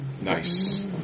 Nice